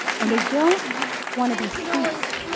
and they don't want to be swingers.